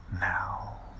now